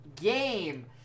game